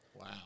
Wow